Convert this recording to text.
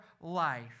life